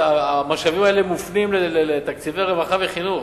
המשאבים האלה מופנים לתקציבי רווחה וחינוך,